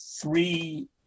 three